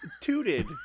tooted